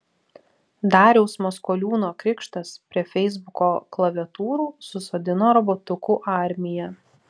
dariaus maskoliūno krikštas prie feisbuko klaviatūrų susodino robotukų armiją